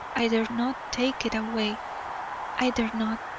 i dare not take it away i dare not.